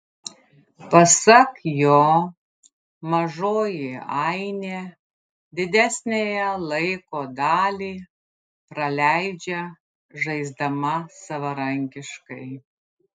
pasak jo mažoji ainė didesniąją laiko dalį praleidžia žaisdama savarankiškai